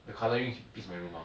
the colouring fits my room ah